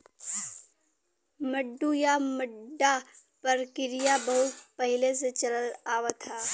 मड्डू या मड्डा परकिरिया बहुत पहिले से चलल आवत ह